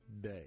day